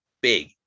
big